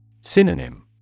Synonym